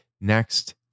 next